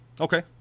Okay